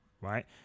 right